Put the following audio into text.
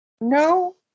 No